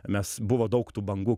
mes buvo daug tų bangų